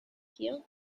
hear